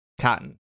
Cotton